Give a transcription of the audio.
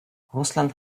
russland